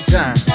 Time